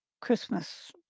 christmas